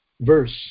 verse